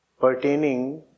pertaining